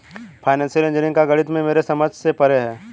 financial engineering का गणित मेरे समझ से परे है